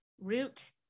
root